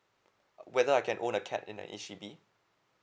whether I can own a cat in the H_D_B